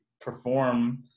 perform